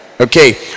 Okay